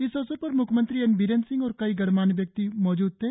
इस अवसर पर म्ख्यमंत्री एनबिरेन सिंह और कई गणमान्य व्यक्ति मौजूद थे